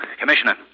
Commissioner